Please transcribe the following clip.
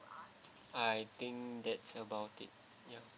I think that's about it ya